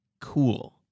cool